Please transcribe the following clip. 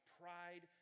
pride